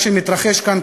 מה שמתרחש כאן,